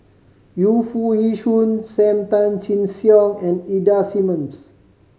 Yu Foo Yee Shoon Sam Tan Chin Siong and Ida Simmons